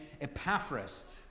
Epaphras